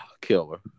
killer